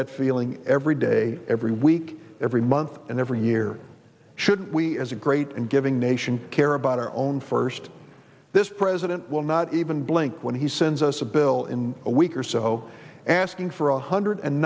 that feeling every day every week every month and every year should we as a great and giving nation care about our own first this president will not even blink when he sends us a bill in a week or so asking for a hundred and